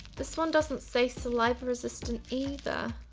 this one doesn't say saliva resistant either.